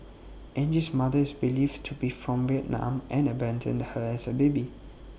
Angie's mother is believed to be from Vietnam and abandoned her as A baby